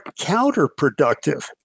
counterproductive